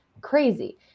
crazy